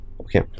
Okay